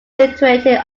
situated